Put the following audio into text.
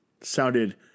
sounded